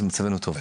אז מצבנו טוב.